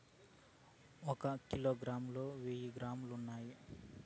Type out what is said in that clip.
ఒక కిలోగ్రామ్ లో వెయ్యి గ్రాములు ఉన్నాయి